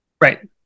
Right